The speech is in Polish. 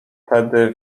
tedy